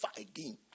again